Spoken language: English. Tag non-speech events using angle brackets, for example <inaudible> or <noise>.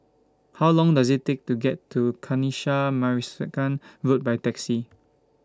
How Long Does IT Take to get to Kanisha <unintelligible> Road By Taxi